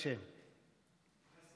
האם זאת